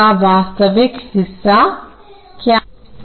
इसका वास्तविक हिस्सा क्या है